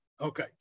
Okay